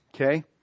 Okay